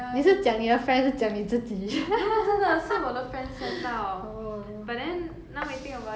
but then now we think about it !aiya! whatever lah 那个 senior we don't even talk to that senior anymore